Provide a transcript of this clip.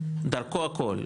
דרכו הכול,